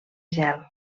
gel